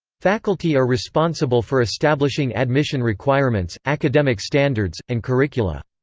faculty are responsible for establishing admission requirements, academic standards, and curricula.